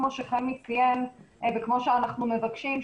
כמו שחמי ציין וכמו שאנחנו מבקשים,